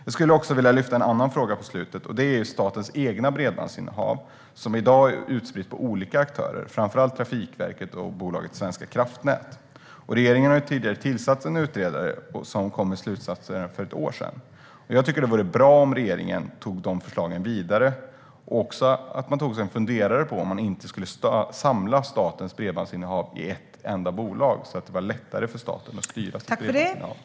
Jag skulle också vilja lyfta fram en annan fråga, nämligen statens eget bredbandsinnehav, som i dag är utspritt på olika aktörer, framför allt Trafikverket och bolaget Svenska kraftnät. Regeringen har tidigare tillsatt en utredare som kom med slutsatser för ett år sedan. Jag tycker att det vore bra om regeringen tog de förslagen vidare och även tog sig en funderare på om man inte skulle samla statens bredbandsinnehav i ett enda bolag. Det skulle göra det lättare för staten att styra sitt bredbandsinnehav.